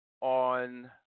on